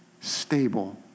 stable